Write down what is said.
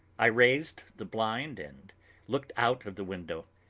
i raised the blind, and looked out of the window.